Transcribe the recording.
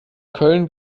köln